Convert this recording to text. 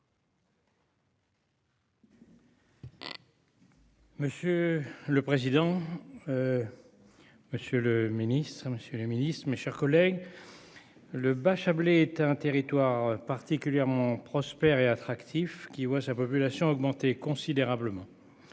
Monsieur le président. Monsieur le Ministre, Monsieur le Ministre, mes chers collègues. Le Bachabélé était un territoire particulièrement prospère et attractif qui voit sa population augmenter considérablement.